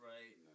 Right